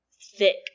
thick